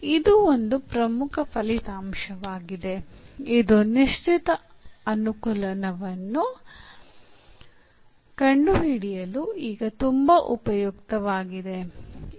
ಇದು ಒಂದು ಪ್ರಮುಖ ಫಲಿತಾಂಶವಾಗಿದೆ ಇದು ನಿಶ್ಚಿತ ಅನುಕಲನವನ್ನು ಕಂಡುಹಿಡಿಯಲು ಈಗ ತುಂಬಾ ಉಪಯುಕ್ತವಾಗಿದೆ